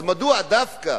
אז מדוע דווקא